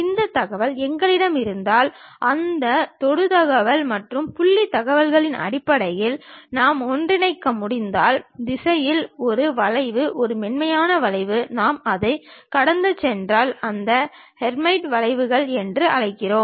இந்த தகவல் எங்களிடம் இருந்தால் அந்த தொடு தகவல் மற்றும் புள்ளி தகவல்களின் அடிப்படையில் நாம் ஒன்றிணைக்க முடிந்தால் திசையில் ஒரு வளைவு ஒரு மென்மையான வளைவு நாம் அதைக் கடந்து சென்றால் அதை ஹெர்மைட் வளைவுகள் என்று அழைக்கிறோம்